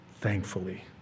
thankfully